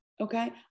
okay